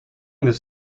this